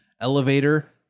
elevator